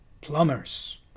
plumbers